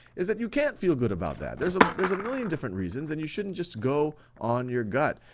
is that you can't feel good about that. there's ah there's a million different reasons, and you shouldn't just go on your gut,